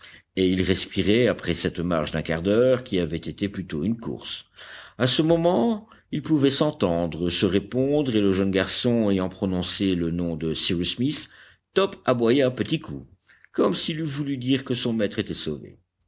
et ils respiraient après cette marche d'un quart d'heure qui avait été plutôt une course à ce moment ils pouvaient s'entendre se répondre et le jeune garçon ayant prononcé le nom de cyrus smith top aboya à petits coups comme s'il eût voulu dire que son maître était sauvé